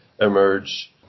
emerge